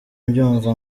mbyumva